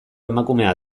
emakumea